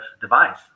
device